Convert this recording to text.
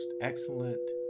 excellent